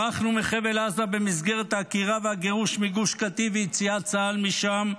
ברחנו מחבל עזה במסגרת העקירה והגירוש מגוש קטיף ויציאת צה"ל משם,